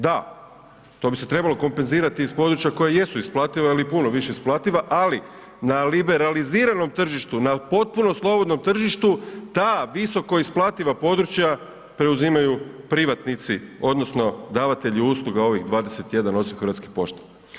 Da, to bi se trebalo kompenzirati iz područja koje jesu isplativa, ali puno više isplativa, ali na liberaliziranom tržištu na potpuno slobodnom tržištu ta visoko isplativa područja preuzimaju privatnici odnosno davatelji usluga ovih 21 osim Hrvatskih pošta.